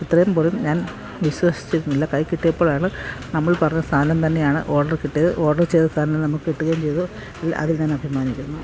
ഇത്രയുംപോലും ഞാന് വിശ്വസിച്ചിരുന്നില്ല കയ്യിൽ കിട്ടിയപ്പോഴാണ് നമ്മള് പറഞ്ഞ സാധനം തന്നെയാണ് ഓഡറ് കിട്ടിയത് ഓഡറ് ചെയ്ത സാധനം നമുക്ക് കിട്ടുകയും ചെയ്തു അതില് ഞാന് അഭിമാനിക്കുന്നു